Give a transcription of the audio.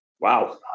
Wow